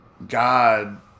God